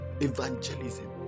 evangelism